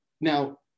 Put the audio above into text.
now